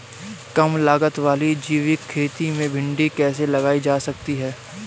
कम लागत वाली जैविक खेती में भिंडी कैसे लगाई जा सकती है?